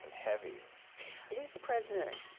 heavy. and who's the president?